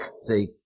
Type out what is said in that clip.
see